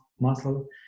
muscle